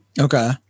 Okay